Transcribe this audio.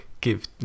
give